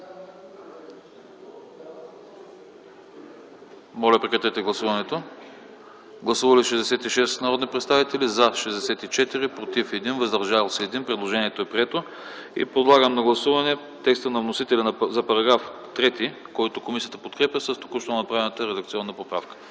„и дивата коза”. Гласували 66 народни представители: за 64, против 1, въздържал се 1. Предложението е прието. Подлагам на гласуване текста на вносителя за § 3, който комисията подкрепя, с току-що направената редакционна поправка.